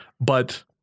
But-